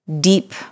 deep